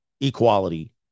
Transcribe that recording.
equality